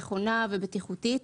נכונה ובטיחותית.